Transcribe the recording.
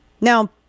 Now